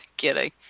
kidding